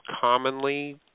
commonly